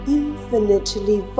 infinitely